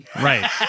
Right